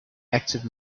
active